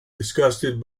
disgusted